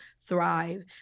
thrive